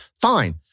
fine